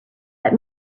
let